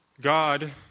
God